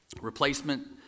Replacement